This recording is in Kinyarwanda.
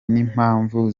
n’impamvu